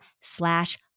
slash